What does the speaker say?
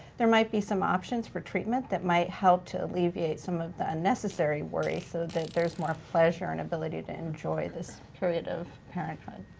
there might be some options for treatment that might help to alleviate some of the unnecessary worry, so that there's more pleasure and ability to enjoy this period of parenthood.